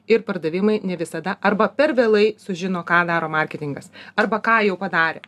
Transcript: ir pardavimai ne visada arba per vėlai sužino ką daro marketingas arba ką jau padarė